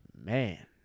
Man